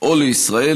או לישראל,